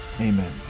Amen